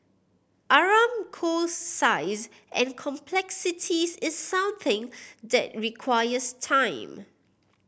Aramco's size and complexities is something that requires time